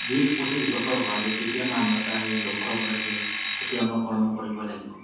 বিছ পঁচিছ বছৰ হোৱা যায় তেতিয়া মানুহ এটাই লক্ষ্য কৰে যে এতিয়া মই কৰ্ম কৰিব লাগিব